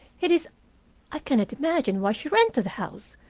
it is i cannot imagine why she rented the house.